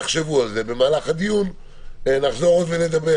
תחשבו על זה ובמהלך הדיון עוד נחזור ונדבר,